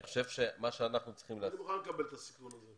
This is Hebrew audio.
אני מוכן לקבל את הסיכון הזה.